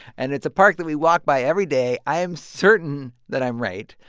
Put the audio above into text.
and it's a park that we walk by every day. i am certain that i'm right.